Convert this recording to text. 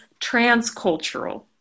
transcultural